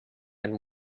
and